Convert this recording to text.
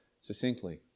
succinctly